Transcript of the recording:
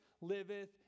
liveth